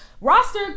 roster